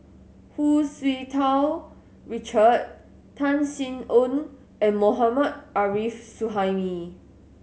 Hu Tsu Tau Richard Tan Sin Aun and Mohammad Arif Suhaimi